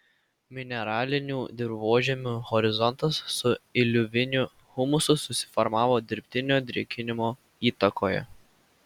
mineralinių dirvožemių horizontas su iliuviniu humusu susiformavo dirbtinio drėkinimo įtakoje